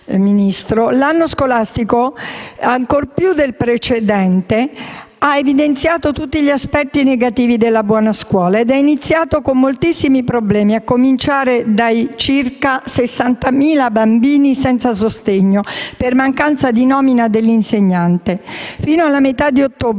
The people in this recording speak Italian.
l'anno scolastico, ancor più del precedente, ha evidenziato tutti gli aspetti negativi della buona scuola ed è iniziato con moltissimi problemi, a cominciare dai circa 60.000 bambini senza sostegno per mancanza di nomina dell'insegnante. Fino alla metà di ottobre